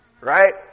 right